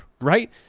right